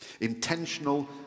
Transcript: Intentional